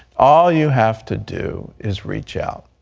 all you have to do is reach out.